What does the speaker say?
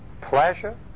pleasure